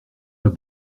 dans